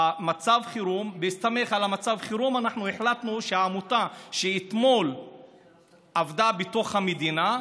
בהסתמך על מצב החירום החלטנו שעמותה שאתמול עבדה בתוך המדינה,